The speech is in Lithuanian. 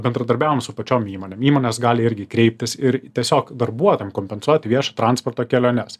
bendradarbiavom su pačiom įmonėm įmonės gali irgi kreiptis ir tiesiog darbuotojam kompensuoti viešojo transporto keliones